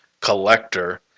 collector